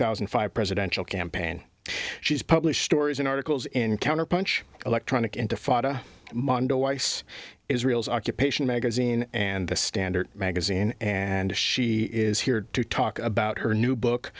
thousand and five presidential campaign she's published stories and articles in counterpunch electronic intifada mando weiss israel's occupation magazine and the standard magazine and she is here to talk about her new book